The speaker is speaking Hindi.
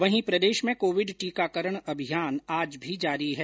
वहीं प्रदेश में कोविड टीकाकरण अभियान आज भी जारी है